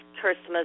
Christmas